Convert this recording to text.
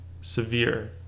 severe